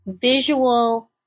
visual